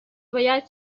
باید